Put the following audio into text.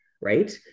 Right